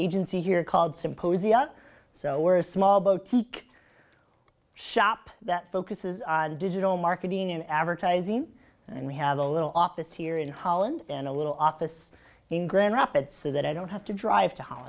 agency here called symposia so we're a small boat teak shop that focuses on digital marketing and advertising and we have a little office here in holland and a little office in grand rapids so that i don't have to drive to h